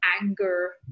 anger